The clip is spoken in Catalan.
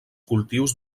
cultius